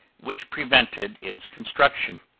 which prevented its construction.